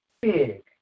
big